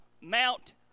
Mount